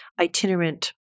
itinerant